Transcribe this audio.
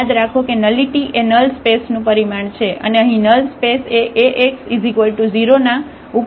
યાદ રાખો કે નલિટી એ નલ સ્પેસનું પરિમાણ છે અને અહીં નલ સ્પેસ એ Ax0 ના ઉકેલોનો સેટ છે